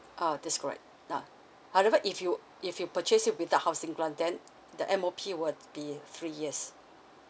ah that's correct uh however if you if you purchased it without housing grant then the M_O_P would be three years